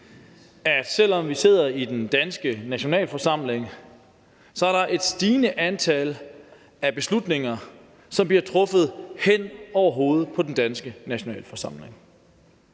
at selv om vi sidder i den danske nationalforsamling, er der et stigende antal beslutninger, som bliver truffet hen over hovedet på den danske nationalforsamling.